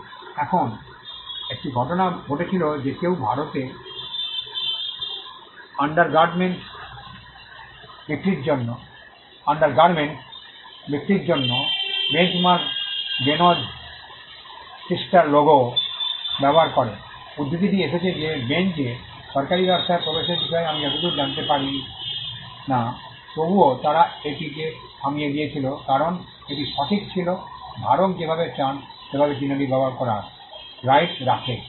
এখন এমন একটি ঘটনা ঘটেছিল যে কেউ ভারতে আন্ডারগার্টমেন্ট বিক্রির জন্য বেঞ্চমার্ক বেনজ ট্রিস্টার লোগো ব্যবহার করে উদ্ধৃতিটি এসেছে যে বেন্জের সরকারী ব্যবসায় প্রবেশের বিষয়ে আমি যতদূর জানতে পারি না তবুও তারা এটিকে থামিয়ে দিয়েছিল কারণ এটি সঠিক ছিল ধারক যেভাবে চান সেভাবে চিহ্নটি ব্যবহার করার রাইটস রাখে